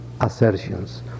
assertions